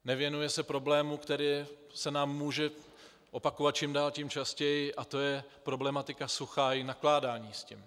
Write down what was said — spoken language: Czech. Nevěnuje se problému, který se nám může opakovat čím dál tím častěji, a to je problematika sucha a nakládání s tím.